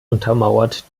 untermauert